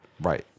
Right